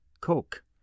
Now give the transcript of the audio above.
coke